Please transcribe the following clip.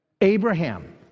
abraham